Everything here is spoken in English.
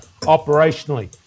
operationally